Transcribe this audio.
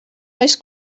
oes